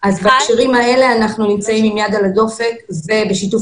בדברים האלה אנחנו עם יד על הדופק ובשיתוף